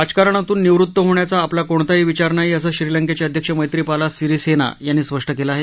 राजकारणातून निवृत्त होण्याचा आपला कोणताही विचार नाही असं श्रीलंकेचे अध्यक्ष मैत्रिपाला सिरिसेना यांनी स्पष्ट केलं आहे